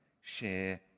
share